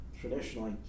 traditionally